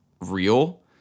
real